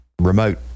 remote